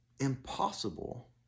impossible